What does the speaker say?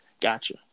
Gotcha